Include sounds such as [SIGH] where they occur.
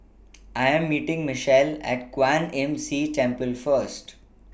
[NOISE] I Am meeting Mitchell At Kwan Imm See Temple First